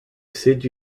said